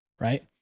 Right